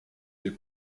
des